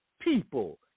people